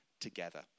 together